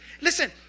Listen